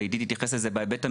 ועידית תתייחס לזה בהיבט המדיני.